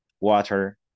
water